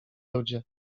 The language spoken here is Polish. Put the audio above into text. ludzie